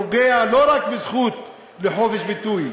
הפוגע לא רק בזכות לחופש ביטוי